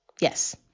Yes